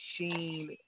machine